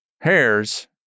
hairs